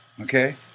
Okay